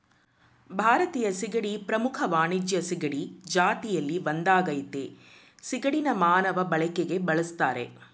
ಭಾರತೀಯ ಸೀಗಡಿ ಪ್ರಮುಖ ವಾಣಿಜ್ಯ ಸೀಗಡಿ ಜಾತಿಲಿ ಒಂದಾಗಯ್ತೆ ಸಿಗಡಿನ ಮಾನವ ಬಳಕೆಗೆ ಬಳುಸ್ತರೆ